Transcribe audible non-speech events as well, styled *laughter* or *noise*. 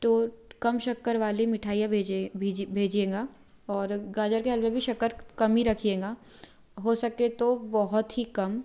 तो कम शक्कर वाली मिठाइयाँ भेजें *unintelligible* भेजिएगा और गाजर के हलवे भी शक्कर कमी रखिएगा हो सके तो बहुत ही कम